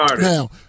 Now